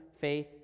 faith